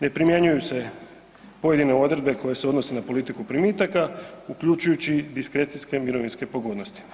Ne primjenjuju se pojedine odredbe koje se odnose na politiku primitaka uključujući diskrecijske mirovinske pogodnosti.